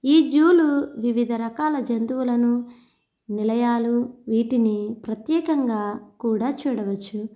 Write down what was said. ఈ జూలు వివిధ రకాల జంతువులను నిలయాలు వీటిని ప్రత్యేకంగా కూడా చూడవచ్చు